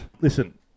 Listen